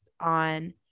on